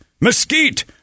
Mesquite